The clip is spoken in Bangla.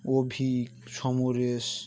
অভিক সমরেশ